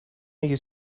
اگه